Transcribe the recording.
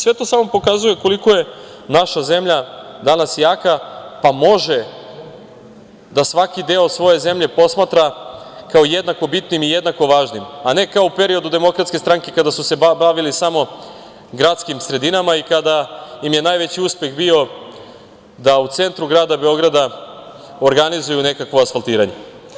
Sve to samo pokazuje koliko je naša zemlja danas jaka, pa može da svaki deo svoje zemlje posmatra kao jednako bitnim i jednako važnim, a ne kao u periodu Demokratske stranke, kada su se bavili samo gradskim sredinama i kada im je najveći uspeh bio da u centru grada Beograda organizuju nekakvo asfaltiranje.